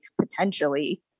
potentially